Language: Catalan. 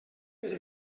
per